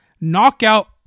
Knockout